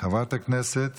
חברת הכנסת